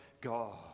God